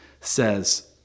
says